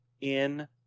in-